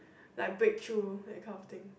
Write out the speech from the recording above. like breakthrough that kind of thing